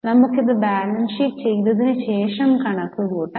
നമുക് ഇത് balance sheet ചെയ്തതിനു ശേഷം കണക്കു കൂട്ടാം